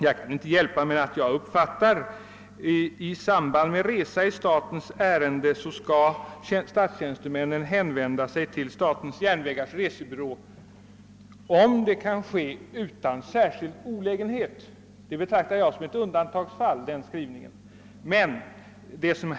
Jag kan inte hjälpa att jag uppfattar skrivningen att statstjänstemännen i samband med resa i statens ärenden skall »hänvända sig till statens järnvägars resebyrå, om det kan ske utan särskild olägenhet», som ett undantagsfall.